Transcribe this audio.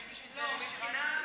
יש בשביל זה, לא, מבחינה מקצועית.